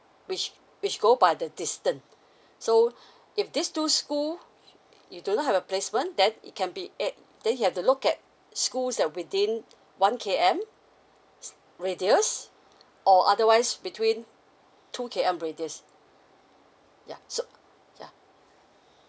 which which go by the distance so if these two school you do not have a placement then it can be at then he had to look at schools at within one K_M radius or otherwise between two K_M radius yeah so yeah